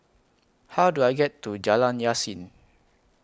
How Do I get to Jalan Yasin